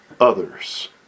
others